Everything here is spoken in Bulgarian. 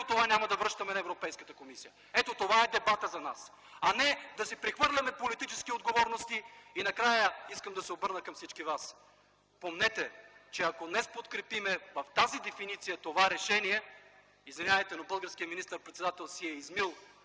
това няма да връщаме на Европейската комисия! Ето, това е дебатът за нас. А не да си прехвърляме политически отговорности. Накрая искам да се обърна към всички вас – помнете, че ако днес подкрепим в тази дефиниция това решение, извинявайте, но българският министър-председател си е измил